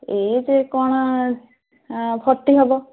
ଏଇ ସିଏ କ'ଣ ଫର୍ଟି ହେବ